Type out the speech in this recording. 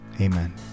Amen